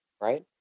Right